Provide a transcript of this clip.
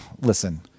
Listen